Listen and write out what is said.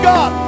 God